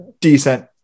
decent